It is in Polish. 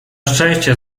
szczęście